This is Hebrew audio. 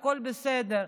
הכול בסדר,